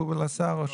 השר מרגי,